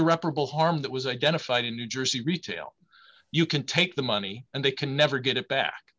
irreparable harm that was identified in new jersey retail you can take the money and they can never get it back